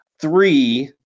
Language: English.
Three